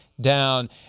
down